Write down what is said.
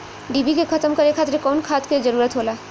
डिभी के खत्म करे खातीर कउन खाद के जरूरत होला?